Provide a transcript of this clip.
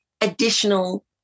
additional